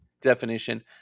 definition